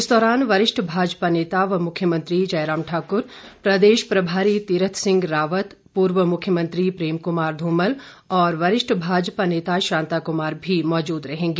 इस दौरान वरिष्ठ भाजपा नेता व मुख्यमंत्री जयराम ठाक्र प्रदेश प्रभारी तीरथ सिंह रावत पूर्व मुख्यमंत्री प्रेम कुमार ध्रमल और वरिष्ठ भाजपा नेता शांता कुमार भी मौजूद रहेंगे